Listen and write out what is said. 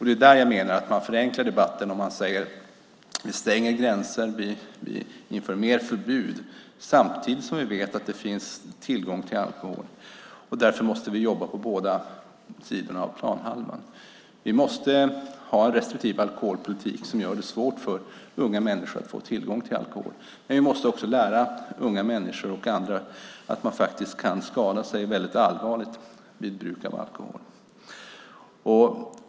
Det är där jag menar att man förenklar debatten om man stänger gränser, inför mer förbud samtidigt som vi vet att det finns tillgång till alkohol. Därför måste vi jobba på båda planhalvorna. Vi måste ha en restriktiv alkoholpolitik som gör det svårt för unga människor att få tillgång till alkohol, men vi måste också lära unga människor och andra att man faktiskt kan skada sig väldigt allvarligt vid bruk av alkohol.